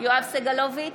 יואב סגלוביץ'